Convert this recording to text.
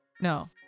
No